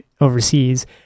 overseas